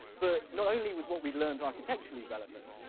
but not only was what we'd learned architecturally relevant,